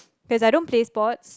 cause I don't play sports